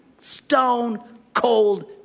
stone-cold